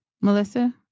Melissa